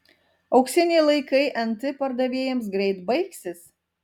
auksiniai laikai nt pardavėjams greit baigsis